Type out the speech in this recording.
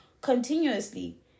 continuously